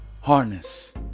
Harness